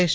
S